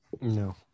No